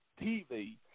TV